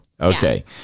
Okay